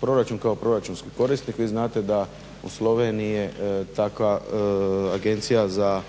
proračun kao proračunski korisnik. Vi znate da u Sloveniji je takva agencija za